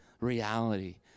reality